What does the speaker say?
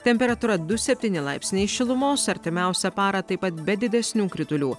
temperatūra du septyni laipsniai šilumos artimiausią parą taip pat be didesnių kritulių